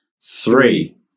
three